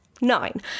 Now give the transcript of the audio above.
Nine